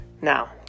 Now